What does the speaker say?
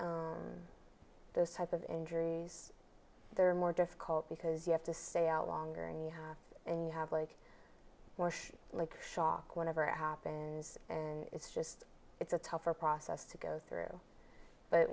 like those type of injuries they're more difficult because you have to stay out longer and you have and you have like more like shock whenever it happens and it's just it's a tougher process to go through but